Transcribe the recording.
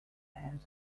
head